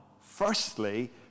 firstly